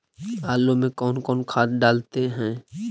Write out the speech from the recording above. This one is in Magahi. आलू में कौन कौन खाद डालते हैं?